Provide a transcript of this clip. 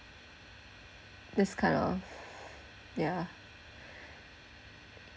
this kind of yeah